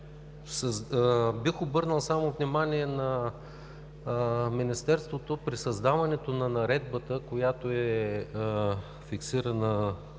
бих обърнал внимание на Министерството, че при създаването на наредбата, която е делегирана